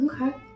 Okay